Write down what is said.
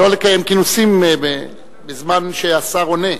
לא לקיים כינוסים בזמן שהשר עונה.